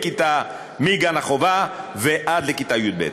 מגן החובה ועד לכיתה י"ב,